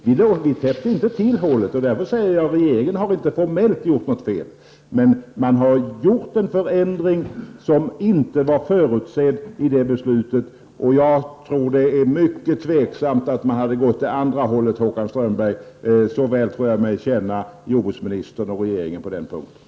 Vi täppte inte till hålet, och därför säger jag att regeringen formellt inte har gjort något fel, men den har gjort en förändring som inte var förutsedd i beslutet. Jag tror att det är mycket osäkert om regeringen hade gått åt andra hållet, Håkan Strömberg. Så väl tror jag mig känna jordbruksministern och regeringen på den punkten.